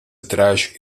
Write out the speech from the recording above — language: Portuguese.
atrás